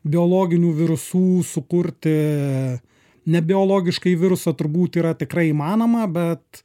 biologinių virusų sukurti nebiologiškai virusą turbūt yra tikrai įmanoma bet